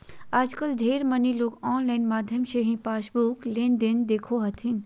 आजकल ढेर मनी लोग आनलाइन माध्यम से ही पासबुक लेनदेन देखो हथिन